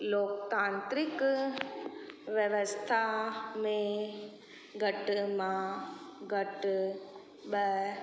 लोकतांत्रिक व्यवस्था में घटि मां घटि ॿ